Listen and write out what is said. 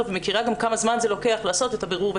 ומכירה גם כמה זמן זה לוקח לעשות את הבירור.